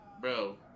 bro